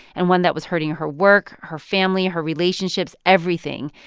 and one that was hurting her work, her family, her relationships everything.